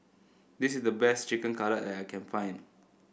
this is the best Chicken Cutlet that I can find